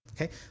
okay